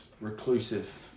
reclusive